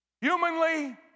Humanly